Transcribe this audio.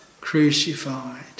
crucified